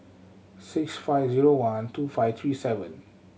six five zero one two five three seven